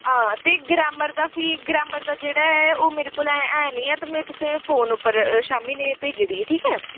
हां ते ग्रैमर दा फ्ही ग्रैमर दा जेह्ड़ा ऐ ओह् मेरे कोल ऐ निं ऐ ओह् तुसें ई फोन पर शामीं लै भेजी ओड़गी ठीक ऐ